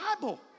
Bible